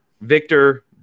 Victor